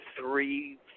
three